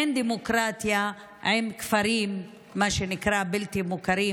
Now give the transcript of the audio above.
אין דמוקרטיה עם כפרים בלתי מוכרים,